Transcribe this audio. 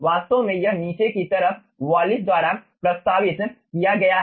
वास्तव में यह नीचे की तरफ वालिस द्वारा प्रस्तावित किया गया है